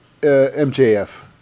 MJF